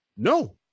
No